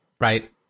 right